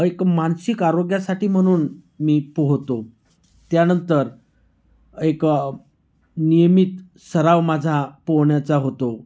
एक मानसिक आरोग्यासाठी म्हणून मी पोहतो त्यानंतर एक नियमित सराव माझा पोहण्याचा होतो